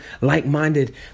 like-minded